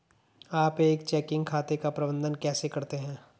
आप एक चेकिंग खाते का प्रबंधन कैसे करते हैं?